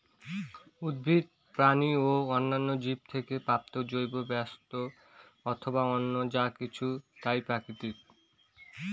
উদ্ভিদ, প্রাণী ও অন্যান্য জীব থেকে প্রাপ্ত জৈব বস্তু অথবা অন্য যা কিছু তাই প্রাকৃতিক